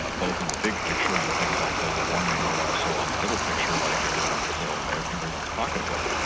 ah both in the big picture on things like global warming, but also on the little picture like everyone's so everyone's pocketbook.